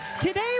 Today